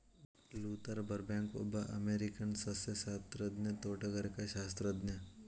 Luther ಬರ್ಬ್ಯಾಂಕ್ಒಬ್ಬ ಅಮೇರಿಕನ್ಸಸ್ಯಶಾಸ್ತ್ರಜ್ಞ, ತೋಟಗಾರಿಕಾಶಾಸ್ತ್ರಜ್ಞ